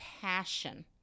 passion